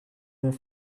their